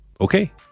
okay